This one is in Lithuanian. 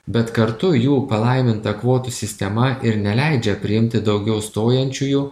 bet kartu jų palaiminta kvotų sistema ir neleidžia priimti daugiau stojančiųjų